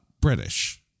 British